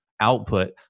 output